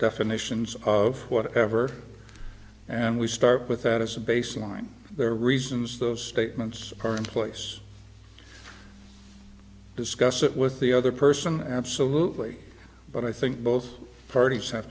definitions of whatever and we start with that as a baseline there are reasons those statements are in place discuss it with the other person absolutely but i think both parties have